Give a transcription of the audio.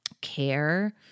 care